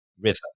river